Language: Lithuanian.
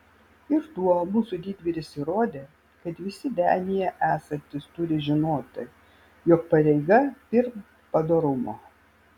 ir tuo mūsų didvyris įrodė kad visi denyje esantys turi žinoti jog pareiga pirm padorumo